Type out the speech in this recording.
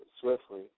swiftly